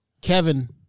Kevin